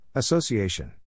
Association